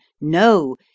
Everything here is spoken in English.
No